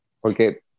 Porque